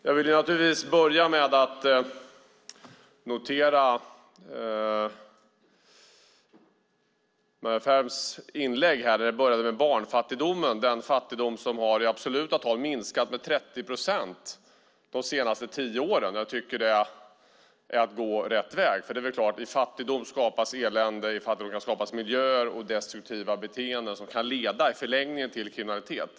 Jag vill börja med att notera Maria Ferms inlägg som började med barnfattigdomen - den fattigdom som i absoluta tal har minskat med 30 procent de senaste tio åren. Jag tycker att det är att gå rätt väg, för det är väl klart att i fattigdom skapas elände, och i fattigdom kan skapas miljöer och destruktiva beteenden som i förlängningen kan leda till kriminalitet.